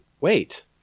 Wait